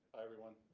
everyone.